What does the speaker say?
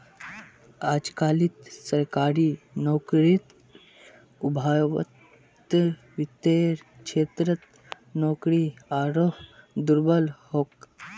अजकालित सरकारी नौकरीर अभाउत वित्तेर क्षेत्रत नौकरी आरोह दुर्लभ छोक